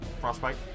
Frostbite